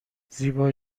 زیبا